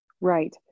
Right